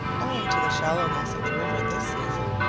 owing to the shallowness of the river at this season,